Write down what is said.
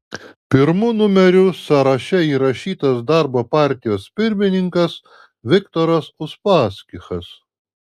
pirmu numeriu sąraše įrašytas darbo partijos pirmininkas viktoras uspaskichas